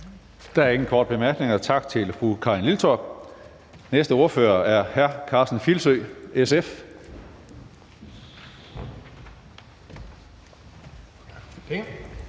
Der er ingen korte bemærkninger. Tak til fru Karin Liltorp. Den næste ordfører er hr. Karsten Filsø, SF.